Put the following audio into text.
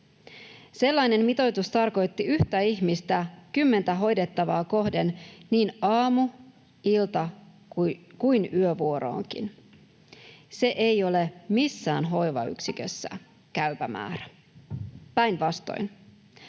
Sellainen mitoitus tarkoitti yhtä ihmistä kymmentä hoidettavaa kohden niin aamu‑, ilta- kuin yövuoroonkin. Se ei ole missään hoivayksikössä käypä määrä, päinvastoin.